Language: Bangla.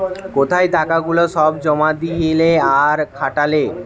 কোথায় টাকা গুলা সব জমা দিলে আর খাটালে